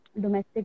domestic